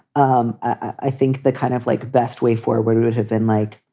um i think the kind of like best way for what it would have been like.